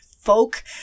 folk